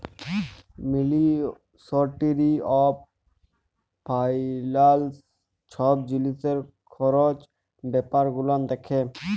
ministry of ফাইলালস ছব জিলিসের খরচ ব্যাপার গুলান দ্যাখে